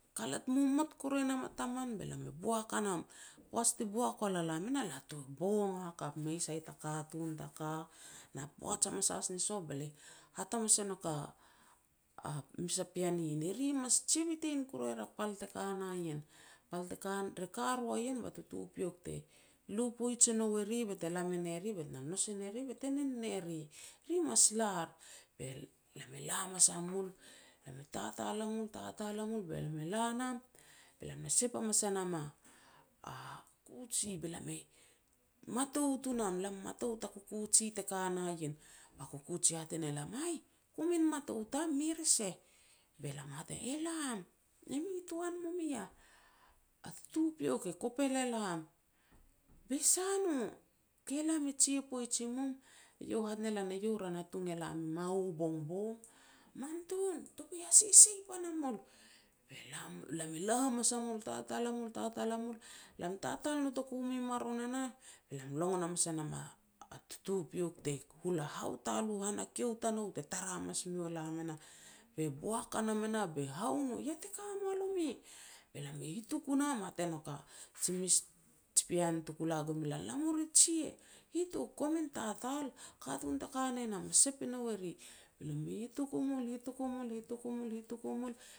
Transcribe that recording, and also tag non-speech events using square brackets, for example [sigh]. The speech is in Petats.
Kalat momot kuru e nam a taman be lam e boak a nam. Ti boak wal la lam e nah latu e bongbong hakap, mei sai ta katun ta ka, na poaj hamanas has ni soh, be lia hat hamas e nouk a-a mes a pean hihin, "E ri e mas jia bitan kuru er a pal te ka na ien [hesitation] re ka ru a ien ba tutupiok te lu poij e nou e ri be te la me ne ri bet na nous e ne ri be te nen ne ri, ri mas lar." Be lam e la hamas a mul, be lam e tatal a mul, tatal a mul [unintelligible] be lam na sep hamas e nam a-a kukuji be lam e mataut u nam. Lam i mataut a kukuji te ka na ien ba kukuji e hat e ne lam, "Aih, kumin mataut am, mi re seh", be lam e hat e nam, "E lam", "Emi tuhan mum i yah", "A tutupiok e kop el e lam", [noise] "Be sa no", "Ke lam e jia poij i mum, iau hat ne lan eiau ra natung e lam mahu bongbong", "Man tun, topei haseisei pana mul." Be lam [hesitation] e la hamas a mul tatal a mul, tatal a mul, lam e tatal notoku mui maron e nah, be lam longon hamas e nam a tutupiok te hula hau tal u han a kiu tanou, te tara hamas miu elam e nah. Be boak a nam e nah, be boak a nam e nah be hau no, "Ia te ka mua lomi." Be lam e hituk u nam hat e nouk a ji mes ji pean tuku la gon me lan, "La mu re jia, hituk kumin tatal, katun te ka ne nah me sep e nou eri." Be lam hituk u mul, hituk u mul, hituk u mul